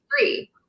three